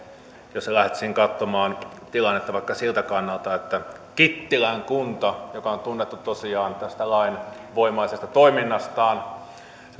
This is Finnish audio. jos lähtisin katsomaan tilannetta vaikka siltä kannalta että kittilän kunta joka on tunnettu tosiaan tästä lainvoimaisesta toiminnastaan